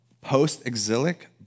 post-exilic